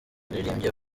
yaririmbye